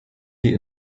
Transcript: die